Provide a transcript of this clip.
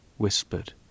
whispered